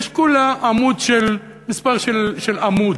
יש כולה מספר של עמוד.